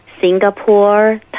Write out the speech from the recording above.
Singapore